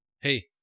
hey